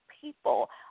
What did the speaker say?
people